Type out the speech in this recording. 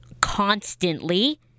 constantly